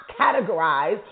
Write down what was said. categorize